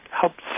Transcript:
helps